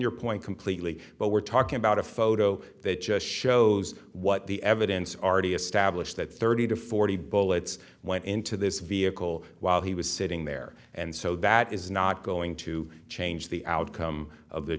your point completely but we're talking about a photo that just shows what the evidence already established that thirty to forty bullets went into this vehicle while he was sitting there and so that is not going to change the outcome of the